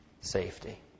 safety